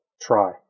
try